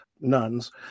nuns